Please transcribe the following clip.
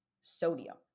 sodium